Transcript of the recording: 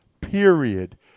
period